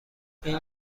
این